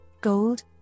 gold